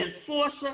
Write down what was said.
enforcer